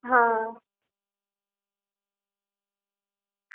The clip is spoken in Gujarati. હાઅ